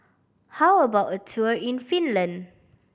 how about a tour in Finland